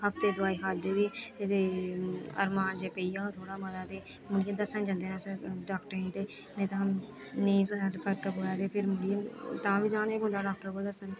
हफ्ते दी दोआई खाद्धी दे ते अरमान जे पेई जाग थोह्ड़ा मता ते मुड़ियै दस्सन जंदे न डाक्टर गी ते नेईं तां नेईं फर्क पवै ते फिर मुड़ियै तां बी जाने पौंदा डाक्टर कोल दस्सन